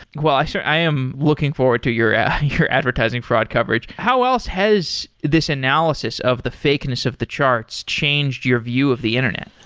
well, i so i am looking forward to your ah your advertising fraud coverage. how else has this analysis of the fakeness of the charts changed your view of the internet?